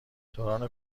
دوران